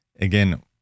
again